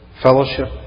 fellowship